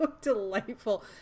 delightful